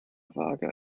waage